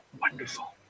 wonderful